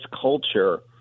culture